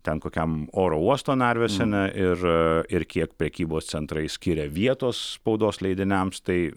ten kokiam oro uosto narvesene ir ir kiek prekybos centrai skiria vietos spaudos leidiniams tai